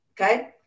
Okay